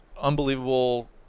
unbelievable